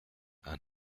and